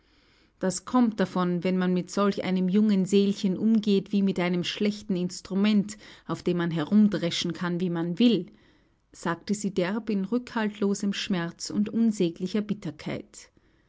das kommt davon wenn man mit solch einem jungen seelchen umgeht wie mit einem schlechten instrument auf dem man herumdreschen kann wie man will sagte sie derb in rückhaltslosem schmerz und unsäglicher bitterkeit